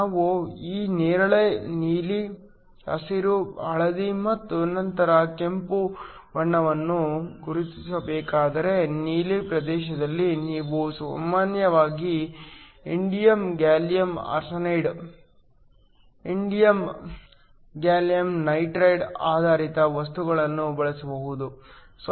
ನಾನು ಈ ನೇರಳೆ ನೀಲಿ ಹಸಿರು ಹಳದಿ ಮತ್ತು ನಂತರ ಕೆಂಪು ಬಣ್ಣವನ್ನು ಗುರುತಿಸಬೇಕಾದರೆ ನೀಲಿ ಪ್ರದೇಶದಲ್ಲಿ ನೀವು ಸಾಮಾನ್ಯವಾಗಿ indium gallium arsenide indium gallium nitride ಆಧಾರಿತ ವಸ್ತುಗಳನ್ನು ಬಳಸಬಹುದು